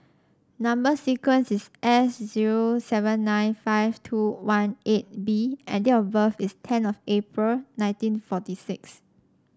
number sequence is S zero seven nine five two one eight B and date of birth is ten of April nineteen forty six